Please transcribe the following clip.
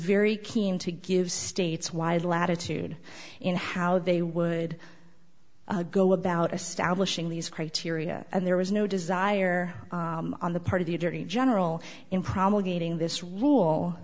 very keen to give states wide latitude in how they would go about establishing these criteria and there was no desire on the part of the attorney general in promulgating this rule